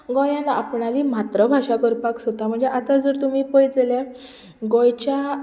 गोंयांत आपणाली मात्रभाशा करपाक सोदता म्हणजे आतां जर तुमी पळयत जाल्यार गोंयच्या